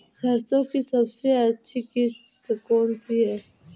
सरसो की सबसे अच्छी किश्त कौन सी है?